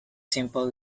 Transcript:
simple